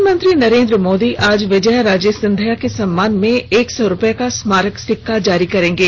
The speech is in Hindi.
प्रधानमंत्री नरेन्द्र मोदी आज विजयाराजे सिंधिया के सम्मान में एक सौ रूपये का स्मारक सिक्का जारी करेंगे